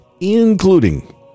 including